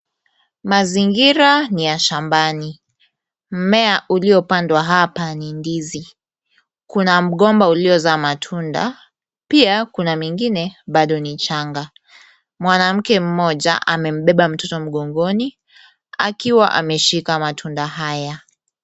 Mazingira ni ya shambani. Mmea uliopandwa hapa ni ndizi. Kuna mgomba uliozaa matunda. Pia kuna mingine bado ni changa. Mwanamke mmoja amembeba mtoto mgongoni akiwa ameshika matunda haya.